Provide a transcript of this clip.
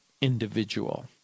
individual